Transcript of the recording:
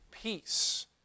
peace